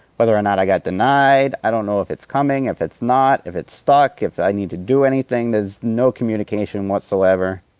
whether or not i got denied. i don't know if it's coming, if it's not, if it's stuck, if i need to do anything. there's no communication whatsoever.